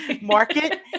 market